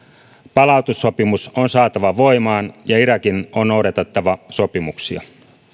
palautussopimus on saatava voimaan ja irakin on noudatettava sopimuksia